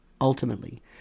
ultimately